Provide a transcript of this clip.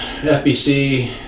FBC